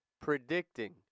predicting